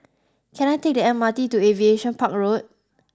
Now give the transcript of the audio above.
can I take the M R T to Aviation Park Road